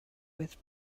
with